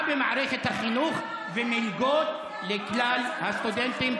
במערכת החינוך ומלגות לכלל הסטודנטים.